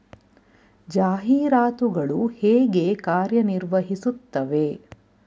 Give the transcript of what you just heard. ಜಾಹೀರಾತುಗಳು ಹೇಗೆ ಕಾರ್ಯ ನಿರ್ವಹಿಸುತ್ತವೆ?